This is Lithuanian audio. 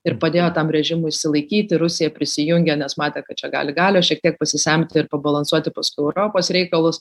ir padėjo tam režimui išsilaikyti rusija prisijungė nes matė kad čia gali galios šiek tiek pasisemti ir pabalansuoti paskui europos reikalus